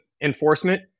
enforcement